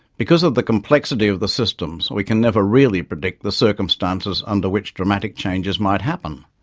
because of the complexity of the systems, we can never really predict the circumstances under which dramatic changes might happen.